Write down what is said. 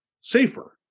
safer